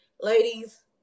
ladies